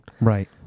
Right